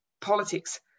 politics